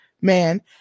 man